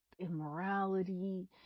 immorality